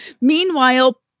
Meanwhile